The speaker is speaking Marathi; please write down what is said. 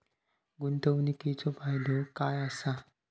गुंतवणीचो फायदो काय असा?